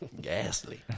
ghastly